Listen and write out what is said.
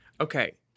okay